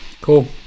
cool